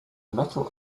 metal